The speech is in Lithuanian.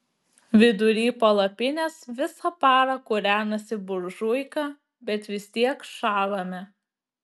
vidury palapinės visą parą kūrenasi buržuika bet vis tiek šąlame